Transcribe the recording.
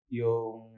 yung